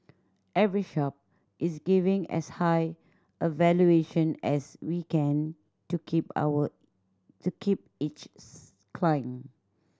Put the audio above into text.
every shop is giving as high a valuation as we can to keep our to keep each client